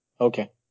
Okay